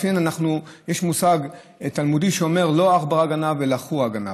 יש מושג תלמודי שאומר: לא עכברא גנב אלא חורא גנב,